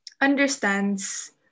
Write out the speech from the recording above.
understands